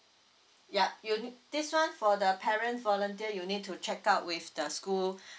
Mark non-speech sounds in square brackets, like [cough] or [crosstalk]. ya you need this one for the parent volunteer you need to check out with the school [breath]